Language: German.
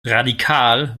radikal